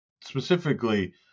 specifically